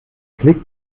klicks